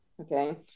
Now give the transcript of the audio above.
okay